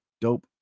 Dope